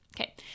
okay